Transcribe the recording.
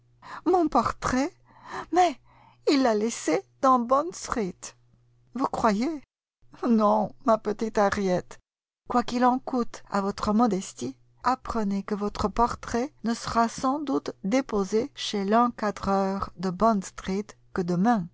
mon portrait mais il l'a laissé dans bond street vous croyez non ma petite harriet quoiqu'il en coûte à votre modestie apprenez que votre portrait ne sera sans doute déposé chez l'encadreur de bond street que demain